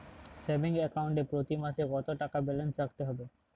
Savings account এ প্রতি মাসে কতো টাকা ব্যালান্স রাখতে হবে?